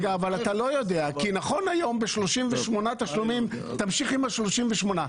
נכון היום ב-38 תשלומים תמשיך עם ה-38.